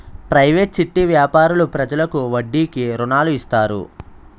private చిట్టి వ్యాపారులు ప్రజలకు వడ్డీకి రుణాలు ఇస్తారు